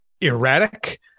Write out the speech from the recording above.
erratic